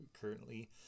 currently